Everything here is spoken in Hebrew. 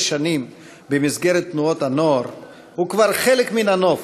שנים במסגרת תנועות הנוער הוא כבר חלק מן הנוף,